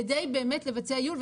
כדי באמת לבצע ייעול,